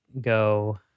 go